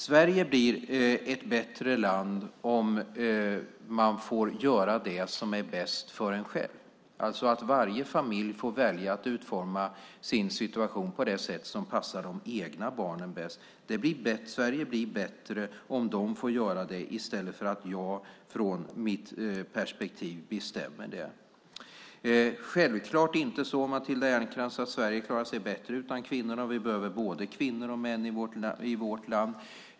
Sverige blir ett bättre land om man får göra det som är bäst för en själv, alltså att varje familj får välja att utforma sin situation på det sätt som passar de egna barnen bäst. Sverige blir bättre om de får göra det i stället för att jag från mitt perspektiv bestämmer det. Det är självklart inte så, Matilda Ernkrans, att Sverige klarar sig bättre utan kvinnorna. Vi behöver både kvinnor och män i vårt land.